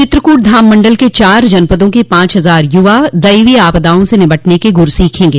चित्रकूट धाम मंडल के चार जनपदों के पांच हजार युवा दैवीय आपदाओं से निपटने के गुर सीखेंगे